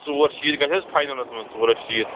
ژور شیٖتھ گَژِھ حظ فاینَلس منٛز ژور ہَتھ شیٖتھ